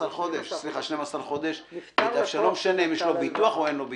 חודש למי שיש לו ביטוח או אין לו ביטוח.